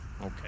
Okay